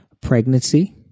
pregnancy